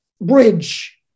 bridge